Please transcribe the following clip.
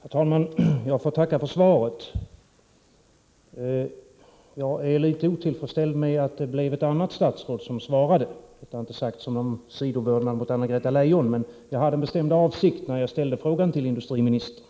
Herr talman! Jag får tacka för svaret. Jag ärlitet otillfredsställd med att det blev ett annat statsråd än det statsråd jag riktat frågan till som svarade. Detta får inte tolkas som någon sidvördnad mot Anna-Greta Leijon, men jag hade en bestämd avsikt med att ställa frågan till industriministern.